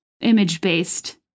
image-based